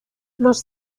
los